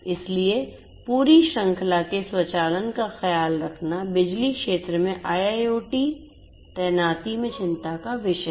इसलिए पूरी श्रृंखला के स्वचालन का ख्याल रखना बिजली क्षेत्र में IIoT तैनाती में चिंता का विषय है